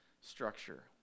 structure